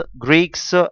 Greeks